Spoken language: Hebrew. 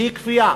בלי כפייה.